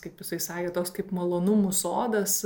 kaip jisai sakė toks kaip malonumų sodas